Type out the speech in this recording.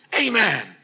Amen